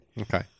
Okay